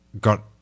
got